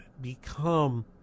become